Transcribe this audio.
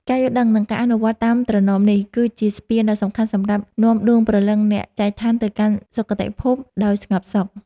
ការយល់ដឹង និងការអនុវត្តតាមត្រណមនេះ គឺជាស្ពានដ៏សំខាន់សម្រាប់នាំដួងព្រលឹងអ្នកចែកឋានទៅកាន់សុគតិភពដោយស្ងប់សុខ។